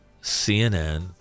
CNN